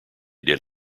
did